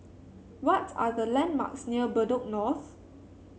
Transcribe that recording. what are the landmarks near Bedok North